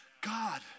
God